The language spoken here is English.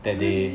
oh really